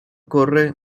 corre